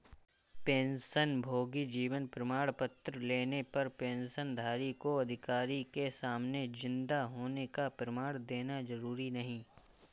पेंशनभोगी जीवन प्रमाण पत्र लेने पर पेंशनधारी को अधिकारी के सामने जिन्दा होने का प्रमाण देना जरुरी नहीं